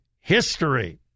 history